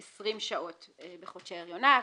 20 שעות בחודשי הריונה.